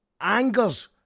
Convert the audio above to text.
angers